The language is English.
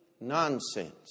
nonsense